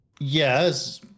Yes